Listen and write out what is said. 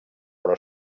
però